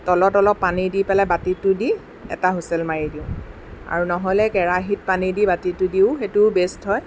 তলত অলপ পানী দি পেলাই বাতিটো দি এটা হুইচেল মাৰি দিওঁ আৰু নহ'লে কেৰাহীত পানী দি বাতিটো দিওঁ সেইটোও বেষ্ট হয়